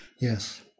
Yes